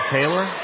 Taylor